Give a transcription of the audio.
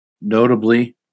notably